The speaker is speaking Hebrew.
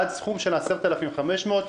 עד סכום של 10,500 שקל,